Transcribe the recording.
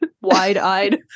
wide-eyed